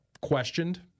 questioned